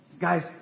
Guys